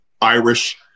Irish